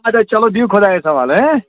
اَدٕ حظ چلو بِہِو خۄدایس حوالہٕ ہے